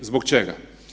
Zbog čega?